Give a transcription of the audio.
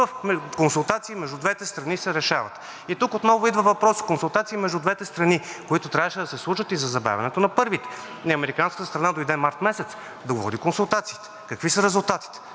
консултации между двете страни се решават“. Тук отново идва въпросът: консултации между двете страни, които трябваше да се случат и за забавянето на първите. Американската страна дойде март месец, договори консултациите. Какви са резултатите?